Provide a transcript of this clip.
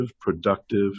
productive